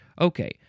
Okay